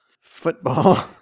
football